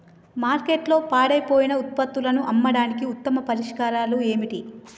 మార్కెట్లో పాడైపోయిన ఉత్పత్తులను అమ్మడానికి ఉత్తమ పరిష్కారాలు ఏమిటి?